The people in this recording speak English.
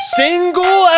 single